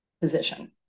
position